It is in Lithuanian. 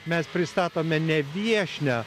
mes pristatome ne viešnią